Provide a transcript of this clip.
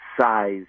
size